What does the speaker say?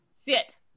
Sit